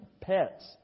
Pets